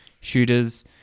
shooters